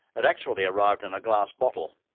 it actually arrived in a glass bottle,